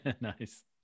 nice